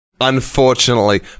unfortunately